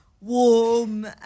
warm